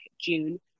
June